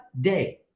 day